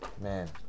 Man